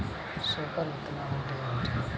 Super విత్తనాలు అంటే ఏమిటి?